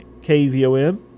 KVOM